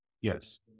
Yes